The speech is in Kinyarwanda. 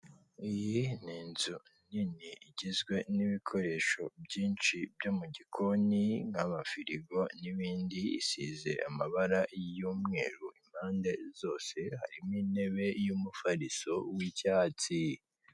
Iyi ni inzu nini igizwe n'ibikoresho byinshi byo mu gikoni: nk'amafirigo n'ibindi, isize amabara y'umweru, impande zose hari intebe y'umufariso w'icyatsi.